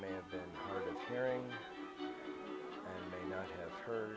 may have been preparing may not have heard